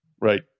Right